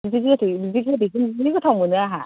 बिदि गोदै बिदि गोदैखौनो जि गोथाव मोनो आंहा